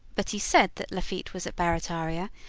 but he said that lafitte was at barrataria,